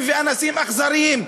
יגאל עמיר,